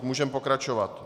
Můžeme pokračovat.